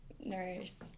nurse